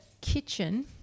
kitchen